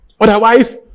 Otherwise